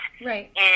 Right